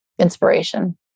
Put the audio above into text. inspiration